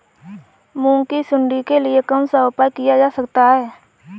मूंग की सुंडी के लिए कौन सा उपाय किया जा सकता है?